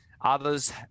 others